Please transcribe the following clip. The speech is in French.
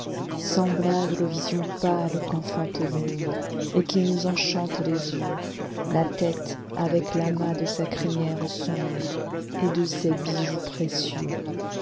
semblable aux visions pâles qu'enfante l'ombre et qui nous enchaînent les yeux la tête avec famas de sa crinière sombre t de scs bijoux précieux